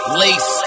lace